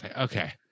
Okay